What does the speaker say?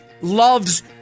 loves